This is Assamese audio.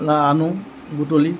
আনোঁ বুটলি